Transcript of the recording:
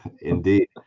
Indeed